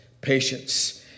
patience